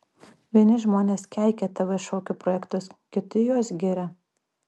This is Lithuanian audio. vieni žmonės keikia tv šokių projektus kiti juos giria